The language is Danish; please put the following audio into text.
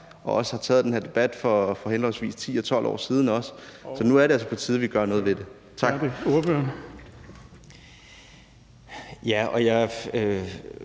og også har taget den her debat for henholdsvis 10 og 12 år siden, så nu er det altså på tide, vi gør noget ved det. Tak. Kl.